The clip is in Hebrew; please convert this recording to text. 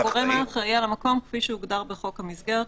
כפי שהוגדר בחוק המסגרת.